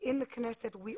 זה פשוט לא נכון.